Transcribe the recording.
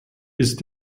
ist